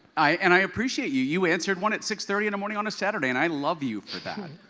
i and i appreciate you. you answered one at six thirty in the morning on a saturday and i love you for that.